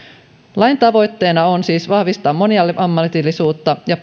lain tavoitteena on siis vahvistaa moniammatillisuutta ja